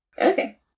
Okay